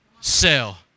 sell